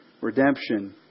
redemption